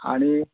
आणि